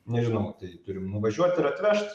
nežinau tai turim nuvažiuot ir atvežt